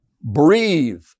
breathe